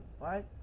right